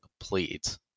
complete